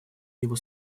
его